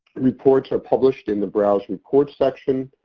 the reports are published in the browse reports section.